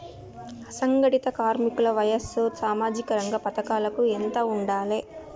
అసంఘటిత కార్మికుల వయసు సామాజిక రంగ పథకాలకు ఎంత ఉండాలే?